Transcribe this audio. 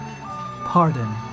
pardon